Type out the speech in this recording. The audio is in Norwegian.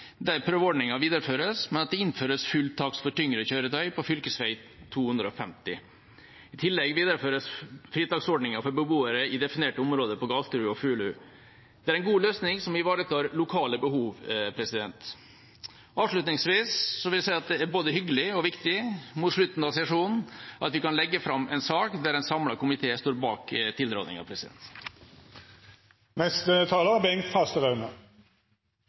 prøveordningen videreføres, men det innføres full takst for tyngre kjøretøy på fv. 250. I tillegg videreføres fritaksordningen for beboere i definerte områder på Galterud og Fulu. Det er en god løsning som ivaretar lokale behov. Avslutningsvis vil jeg si at det er både hyggelig og viktig, mot slutten av sesjonen, at vi kan legge fram en sak der en samlet komité står bak